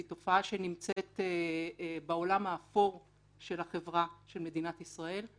היא תופעה שנמצאת בעולם האפור של החברה במדינת ישראל.